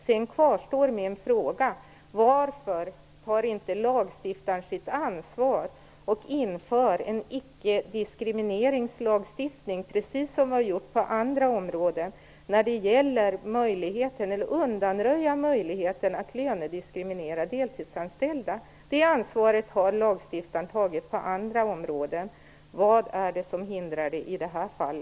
Sedan kvarstår min fråga: Varför tar inte lagstiftaren sitt ansvar och inför en icke-diskriminerande lagstiftning, precis som vi har gjort på andra områden när det gäller att undanröja möjligheten att lönediskriminera deltidsanställda? Det ansvaret har lagstiftaren tagit på andra områden, och vad hindrar det i detta fall?